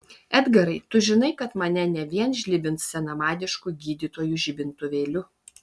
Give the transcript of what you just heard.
edgarai tu žinai kad mane ne vien žlibins senamadišku gydytojų žibintuvėliu